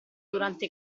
durante